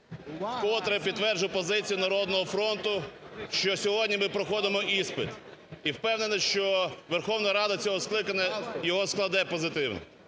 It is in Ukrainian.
Вкотре підтверджую позицію "Народного фронту", що сьогодні ми проходимо іспит. І впевнений, що Верховна Рада цього скликання його складе позитивно.